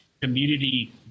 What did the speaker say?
community-